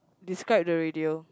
describe the radio